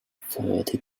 thirty